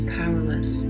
powerless